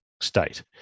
state